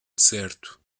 deserto